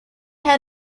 had